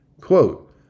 Quote